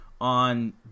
on